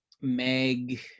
Meg